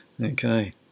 Okay